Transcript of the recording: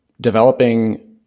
developing